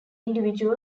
individual